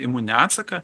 imuninį atsaką